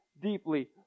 deeply